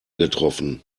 getroffen